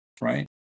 right